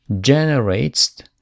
generates